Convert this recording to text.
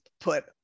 put